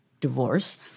divorce